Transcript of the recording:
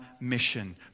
mission